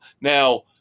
now